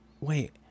Wait